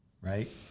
right